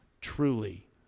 truly